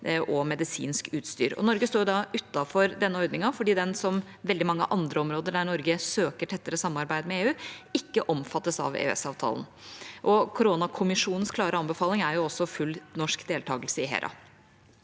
og medisinsk utstyr Europa trenger. Norge står utenfor denne ordningen, fordi den – som veldig mange andre områder der Norge søker tettere samarbeid med EU – ikke omfattes av EØS-avtalen. Koronakommisjonens klare anbefaling er også full norsk deltakelse i HERA.